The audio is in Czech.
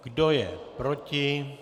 Kdo je proti?